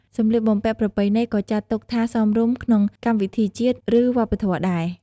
សម្លៀកបំពាក់ប្រពៃណីក៏ចាត់ទុកថាសមរម្យក្នុងកម្មវិធីជាតិ ឬ វប្បធម៌ដែរ។